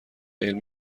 علمی